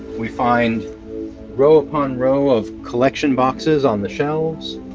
we find row upon row of collection boxes on the shelves.